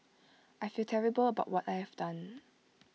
I feel terrible about what I have done